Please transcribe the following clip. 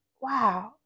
Wow